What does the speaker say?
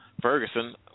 Ferguson